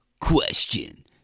Question